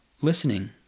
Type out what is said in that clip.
listening